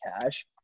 cash